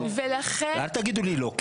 ולכן --- אל תגידו לי לא.